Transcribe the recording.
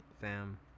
fam